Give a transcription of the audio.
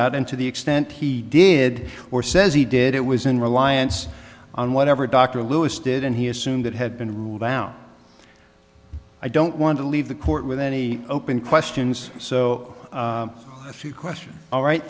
out and to the extent he did or says he did it was in reliance on whatever dr louis did and he assumed it had been ruled out i don't want to leave the court with any open questions so a few questions all right